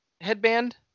headband